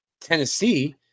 Tennessee